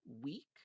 week